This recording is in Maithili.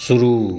शुरू